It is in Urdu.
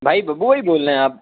بھائی ببّو بھائی بول رہے ہیں آپ